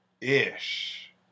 ish